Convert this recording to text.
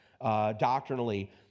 doctrinally